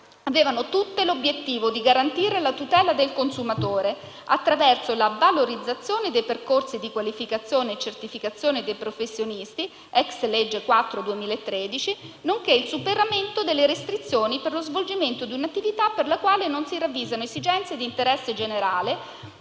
avevano tutte l'obiettivo di garantire la tutela del consumatore attraverso la valorizzazione dei percorsi di qualificazione e certificazione dei professionisti *ex* legge n. 4 del 2013, nonché il superamento delle restrizioni per lo svolgimento di un'attività per la quale non si ravvisano esigenze di interesse generale